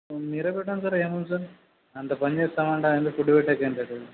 మీరే చెప్పండి సార్ ఏముంది సార్ అంత పని చేస్తా ఉంటే టైమ్కి ఫుడ్ పెట్టేసేయండి సార్